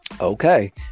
Okay